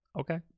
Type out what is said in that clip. okay